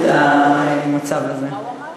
את המצב הזה.